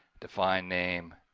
define name.